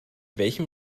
welchem